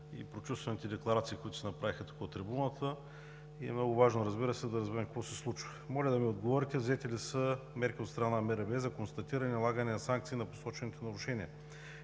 и прочувствените декларации, които се направиха тук от трибуната, и е много важно, разбира се, да разберем какво се случва. Моля да ми отговорите: взети ли са мерки от страна на МРРБ за констатиране и налагане на санкции на посочените нарушения;